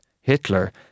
Hitler